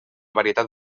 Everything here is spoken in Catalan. varietat